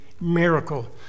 miracle